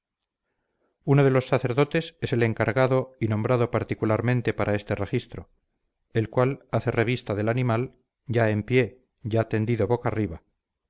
uno de los sacerdotes es el encargado y nombrado particularmente para este registro el cual hace revista del animal ya en pie ya tendido boca arriba